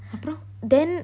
அப்புறம்:apram